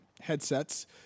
headsets